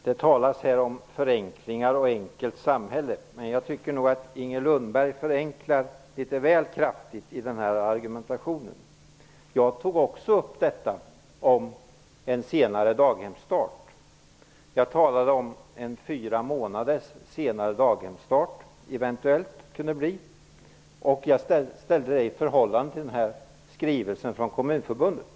Herr talman! Det talas här om förenklingar och om ett enkelt samhälle. Jag tycker nog att Inger Lundberg förenklar litet väl kraftigt i den här argumentationen. Jag tog också upp detta om en senare daghemsstart. Jag talade om att det eventuellt kunde bli aktuellt att lägga daghemsstarten fyra månader senare. Jag ställde det i förhållande till skrivelsen från Kommunförbundet.